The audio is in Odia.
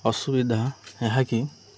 ଅସୁବିଧା ଏହାକି